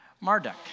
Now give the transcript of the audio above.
Marduk